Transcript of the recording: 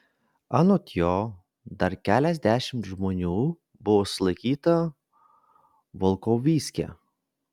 anot jo dar keliasdešimt žmonių buvo sulaikyta volkovyske